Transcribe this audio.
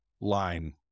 line